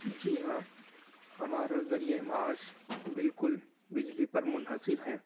جی ہاں ہمارا ذریعۂ معاش بالکل بجلی پر منحصر ہے